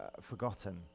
forgotten